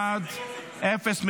לוועדת החינוך,